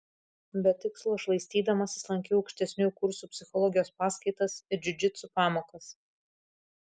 be tikslo šlaistydamasis lankiau aukštesniųjų kursų psichologijos paskaitas ir džiudžitsu pamokas